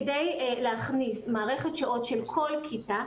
כדי להכניס מערכת שעות של כל כיתה,